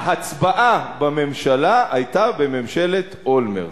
ההצבעה בממשלה היתה בממשלת אולמרט.